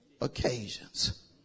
occasions